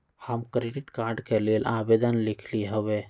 हम credit card के लेल आवेदन लिखली हबे